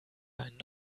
einen